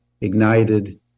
ignited